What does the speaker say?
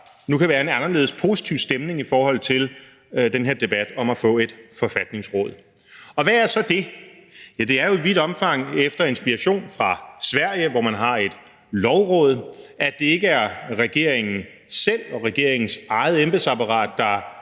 nu kan være en anderledes positiv stemning i forhold til den her debat om at få et forfatningsråd. Og hvad er så det? Ja, det er jo i vidt omfang efter inspiration fra Sverige, hvor man har et lovråd, altså at det ikke er regeringen selv og regeringens eget embedsapparat, der